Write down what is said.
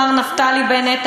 מר נפתלי בנט,